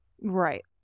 Right